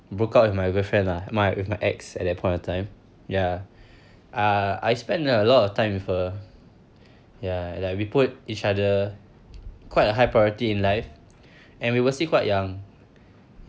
broke up with my girlfriend lah my with my ex at that point of time ya uh I spend a lot of time with her ya and like we put each other quite a high priority in life and we were still quite young